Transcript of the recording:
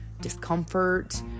discomfort